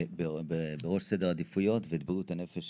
בראש סדר העדיפויות ואת בריאות הנפש